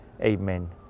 Amen